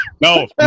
No